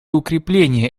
укрепления